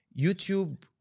youtube